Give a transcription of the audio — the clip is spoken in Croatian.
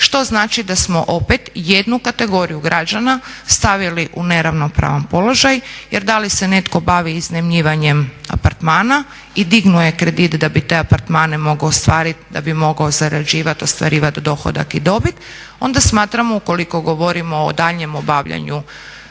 Što znači da smo opet jednu kategoriju građana stavili u neravnopravan položaj jer da li se netko bavi iznajmljivanjem apartmana i dignuo je kredit da bi te apartmane mogao ostvariti, da bi mogao zarađivati ostvarivati dohodak i dobit onda smatram da ukoliko govorimo o daljnjem obavljanju